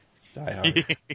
Diehard